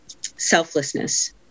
selflessness